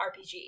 RPG